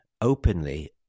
openly